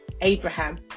Abraham